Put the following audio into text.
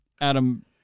adam